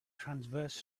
transverse